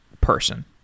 person